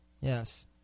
Yes